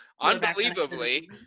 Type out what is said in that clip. unbelievably